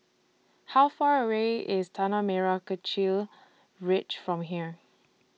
How Far away IS Tanah Merah Kechil Ridge from here